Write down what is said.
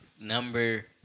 Number